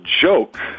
joke